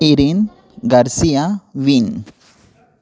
erin garcia wynn